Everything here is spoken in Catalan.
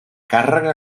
càrrega